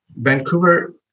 Vancouver